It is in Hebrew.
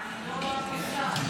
לא רואה שיש שר במליאה.